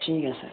ठीक ऐ सर